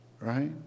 right